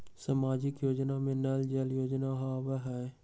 सामाजिक योजना में नल जल योजना आवहई?